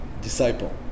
disciple